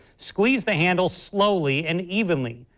squeeze the handle slowly and evenly,